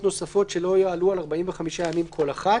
נוספות שלא יעלו על 45 ימים כל אחת.